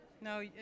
No